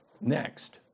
next